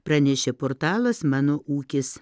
pranešė portalas mano ūkis